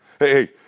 Hey